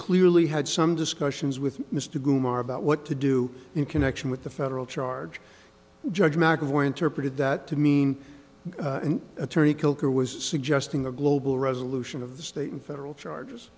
clearly had some discussions with mr goo more about what to do in connection with the federal charge judge mcevoy interpreted that to mean an attorney kolker was suggesting the global resolution of the state and federal charges